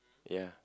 ya